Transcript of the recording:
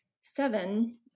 seven